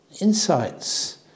insights